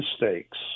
mistakes